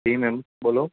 જી ma'am બોલો